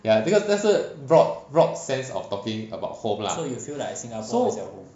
ya because 那是 broad sense of talking about home lah so